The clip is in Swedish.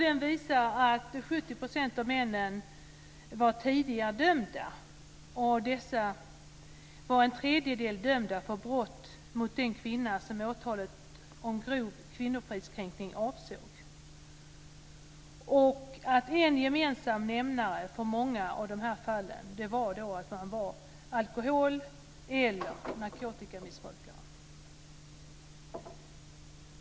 Den visar att 70 % av männen var tidigare dömda. Av dessa var en tredjedel dömda för brott mot den kvinna som åtalet om grov kvinnofridskränkning avsåg. En gemensam nämnare för många av dessa fall var alkohol eller narkotikamissbruk.